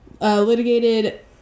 litigated